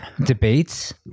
debates